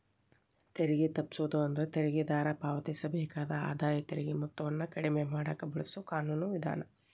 ತೆರಿಗೆ ತಪ್ಪಿಸೋದು ಅಂದ್ರ ತೆರಿಗೆದಾರ ಪಾವತಿಸಬೇಕಾದ ಆದಾಯ ತೆರಿಗೆ ಮೊತ್ತವನ್ನ ಕಡಿಮೆ ಮಾಡಕ ಬಳಸೊ ಕಾನೂನು ವಿಧಾನ